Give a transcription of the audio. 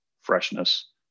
freshness